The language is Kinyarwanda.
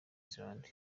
zealand